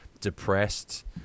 depressed